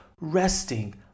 resting